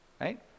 right